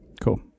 Cool